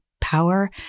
power